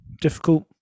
difficult